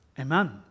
Amen